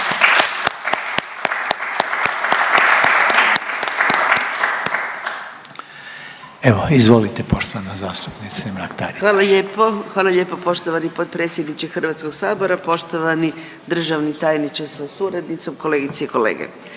Evo, izvolite poštovana zastupnice Mrak Taritaš. **Mrak-Taritaš, Anka (GLAS)** Hvala lijepo, hvala lijepo poštovani potpredsjedniče Hrvatskog sabora. Poštovani državni tajniče sa suradnicom, kolegice i kolege,